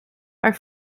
are